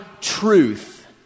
truth